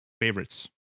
favorites